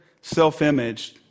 self-image